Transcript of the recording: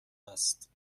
است